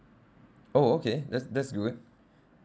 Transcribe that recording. oh okay that's that's good